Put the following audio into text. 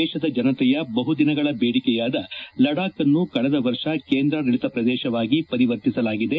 ದೇಶದ ಜನತೆಯ ಬಹುದಿನಗಳ ಬೇಡಿಕೆಯಾದ ಲಡಾಖ್ ಅನ್ನು ಕಳೆದ ವರ್ಷ ಕೇಂದ್ರಾಡಳಿತ ಪ್ರದೇಶವಾಗಿ ಪರಿವರ್ತಿಸಲಾಗಿದೆ